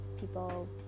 people